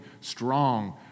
strong